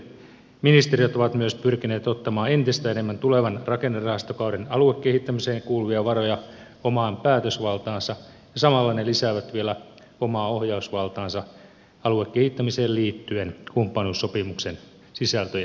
ministeriöt ovat myös pyrkineet ottamaan entistä enemmän tulevan rakennerahastokauden aluekehittämiseen kuuluvia varoja omaan päätösvaltaansa ja samalla ne lisäävät vielä omaa ohjausvaltaansa aluekehittämiseen liittyen kumppanuussopimuksen sisältöjen myötä